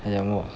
她讲什么